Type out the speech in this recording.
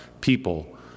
people